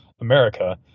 America